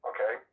Okay